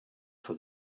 for